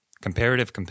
comparative